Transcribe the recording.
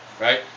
right